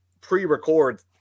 pre-record